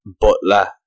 Butler